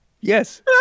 Yes